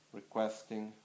requesting